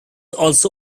also